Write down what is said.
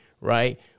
right